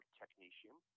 technetium